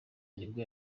nibwo